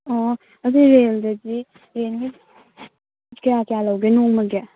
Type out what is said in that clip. ꯑꯣ ꯑꯗꯨ ꯔꯣꯟꯗꯗꯤ ꯔꯦꯟꯒꯤ ꯀꯌꯥ ꯀꯌꯥ ꯂꯧꯒꯦ ꯅꯣꯡꯃꯒꯤ